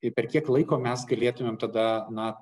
ir per kiek laiko mes galėtumėm tada na